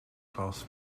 class